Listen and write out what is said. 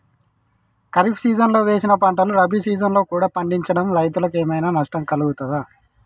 ఖరీఫ్ సీజన్లో వేసిన పంటలు రబీ సీజన్లో కూడా పండించడం రైతులకు ఏమైనా నష్టం కలుగుతదా?